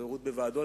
וחברות בוועדות,